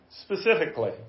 specifically